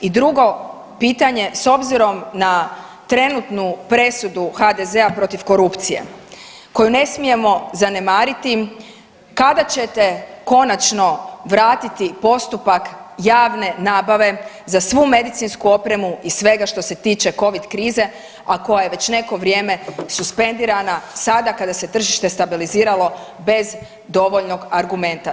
I drugo pitanje, s obzirom na trenutnu presudu HDZ-a protiv korupcije koju ne smijemo zanemariti, kada ćete konačno vratiti postupak javne nabave za svu medicinsku opremu i svega što se tiče covid krize, a koja je već neko vrijeme suspendirana sada kada se tržište stabiliziralo bez dovoljnog argumenta?